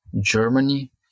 Germany